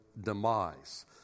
demise